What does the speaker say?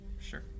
Sure